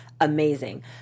Amazing